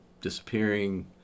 disappearing